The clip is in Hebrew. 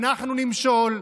אנחנו נמשול,